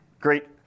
Great